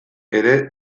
ere